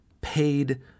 paid